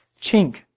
chink